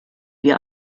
wir